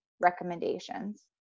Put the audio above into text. recommendations